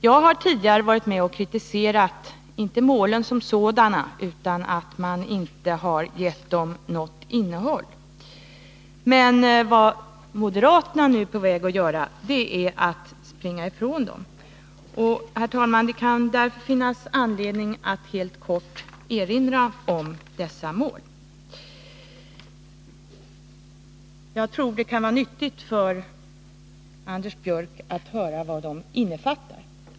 Jag har tidigare varit med och kritiserat inte målen som sådana, utan att maninte gett dem något innehåll. Men vad moderaterna nu är på väg att göra är att springa ifrån dem. Herr talman! Det kan därför finnas anledning att helt kort erinra om dessa mål. Jag tror att det kan vara nyttigt för Anders Björck att få höra vad de innefattar.